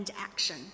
action